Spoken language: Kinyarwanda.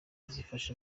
zifasha